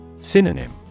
Synonym